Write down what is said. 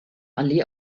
allee